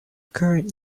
current